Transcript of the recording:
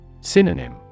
Synonym